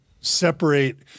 separate